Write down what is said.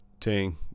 Ting